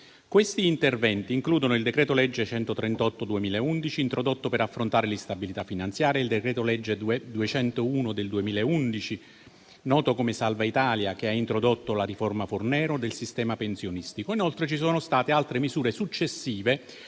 Questi interventi includono il decreto-legge n. 138 del 2011, introdotto per affrontare l'instabilità finanziaria, e il decreto legge n. 201 del 2011, noto come salva Italia, che ha introdotto la riforma Fornero del sistema pensionistico. Inoltre, ci sono state altre misure successive,